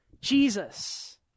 Jesus